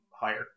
higher